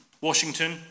Washington